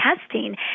testing